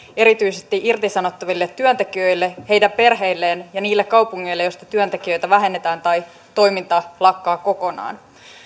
erityisesti irtisanottaville työntekijöille heidän perheilleen ja niille kaupungeille joista työntekijöitä vähennetään tai toiminta lakkaa kokonaan